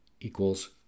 equals